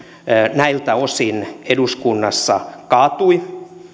näiltä osin eduskunnassa kaatui